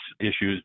issues